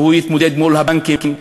והוא יתמודד מול הבנקים,